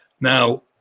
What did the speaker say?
Now